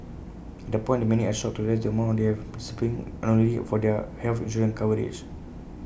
and point many are shocked to realise the amount they have been unknowingly for their health insurance coverage